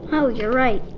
oh, you're right.